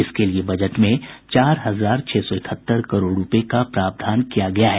इसके लिये बजट में चार हजार छह सौ इकहत्तर करोड़ रूपये का प्रावधान किया गया है